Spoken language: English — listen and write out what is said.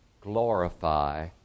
Glorify